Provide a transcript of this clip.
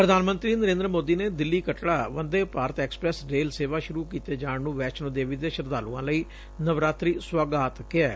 ਪ੍ਧਾਨ ਮੰਤਰੀ ਨਰੇਂਦਰ ਮੋਦੀ ਨੇ ਦਿੱਲੀ ਕੱਟੜਾ ਵੰਦੇ ਭਾਰਤ ਐਕਸਪ੍ੈਸ ਰੇਲ ਸੇਵਾ ਸੁਰੂ ਕੀਤੇ ਜਾਣ ਨੂੰ ਵੈਸ਼ਨੋ ਦੇਵੀ ਦੇ ਸ਼ਰਧਾਲੁਆਂ ਲਈ ਨਵਰਾਤਰੀ ਸੁਗਾਤ ਕਿਹੈ